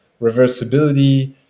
reversibility